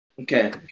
Okay